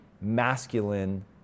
masculine